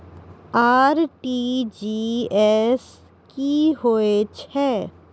RTGS की होय छै?